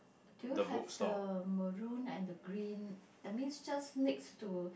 do you have the maroon and the green that means just next to